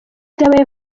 byabaye